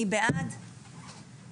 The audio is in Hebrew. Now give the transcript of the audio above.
הצבעה אושר